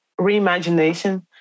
reimagination